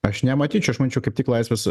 aš nematyčiau aš manyčiau kaip tik laisvės